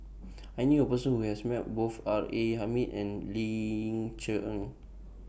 I knew A Person Who has Met Both R A Hamid and Ling Cher Eng